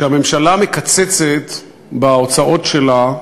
כשהממשלה מקצצת בהוצאות שלה,